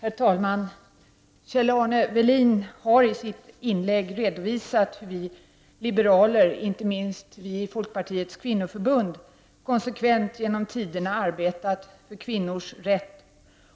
Herr talman! Kjell-Arne Welin har i sitt inlägg redovisat hur vi liberaler, inte minst vi i folkpartiets kvinnoförbund, konsekvent genom tiderna har arbetat för kvinnors rätt